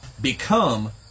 become